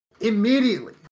Immediately